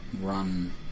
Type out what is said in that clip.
run